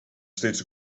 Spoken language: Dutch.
steeds